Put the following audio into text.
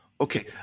Okay